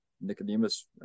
Nicodemus